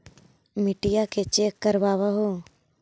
मिट्टीया के चेक करबाबहू?